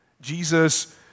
Jesus